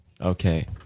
Okay